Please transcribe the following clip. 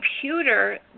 computer